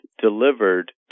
delivered